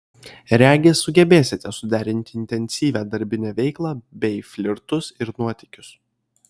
regis sugebėsite suderinti intensyvią darbinę veiklą bei flirtus ir nuotykius